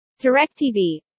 DirecTV